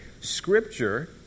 Scripture